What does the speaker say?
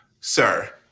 Sir